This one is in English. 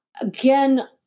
again